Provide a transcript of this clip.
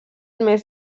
més